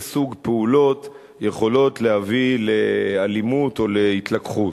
סוג פעולות יכולות להביא לאלימות או להתלקחות.